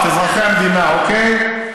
לא את, אזרחי המדינה, אוקיי?